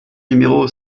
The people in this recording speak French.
numéro